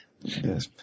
Yes